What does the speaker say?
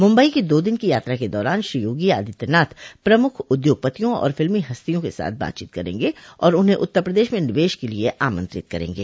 मुंबई की दो दिन की यात्रा के दौरान श्री योगी आदित्यनाथ प्रमुख उद्योगपतियों और फिल्मी हस्तियों के साथ बातचीत करेंगे और उन्हें उत्तर प्रदेश में निवेश के लिए आमंत्रित करेंगे